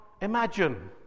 imagine